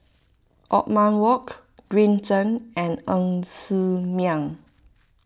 Othman Wok Green Zeng and Ng Ser Miang